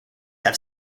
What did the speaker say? have